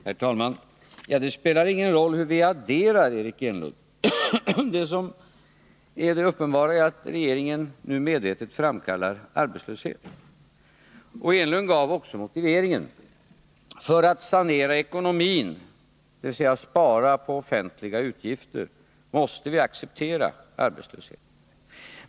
Herr talman! Det spelar ingen roll hur vi adderar, Eric Enlund. Uppenbart ärattregeringen nu medvetet framkallar arbetslöshet. Eric Enlund gav också motiveringen: för att sanera ekonomin, dvs. för att spara på offentliga utgifter, måste vi acceptera arbetslöshet.